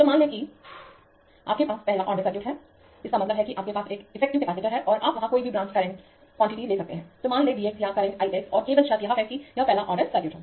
तो मान लें कि आपके पास पहला ऑर्डर सर्किट है इसका मतलब है कि आपके पास एक इफेक्टिव कपैसिटर है और आप वहां कोई भी ब्रांच क्वांटिटी ले सखते हैं तो मान लें V x या करंट I x और केवल शर्त यह है कि यह पहला ऑर्डर सर्किट हो